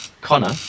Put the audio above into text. connor